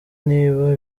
niba